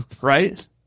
Right